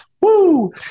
Woo